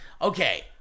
Okay